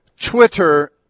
Twitter